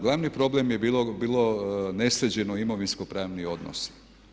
Glavni problem je bilo nesređeno imovinsko-pravni odnosi.